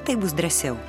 taip bus drąsiau